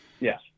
Yes